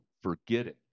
forgetting